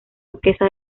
duquesa